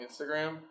Instagram